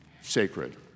sacred